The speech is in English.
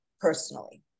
personally